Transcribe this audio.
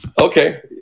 Okay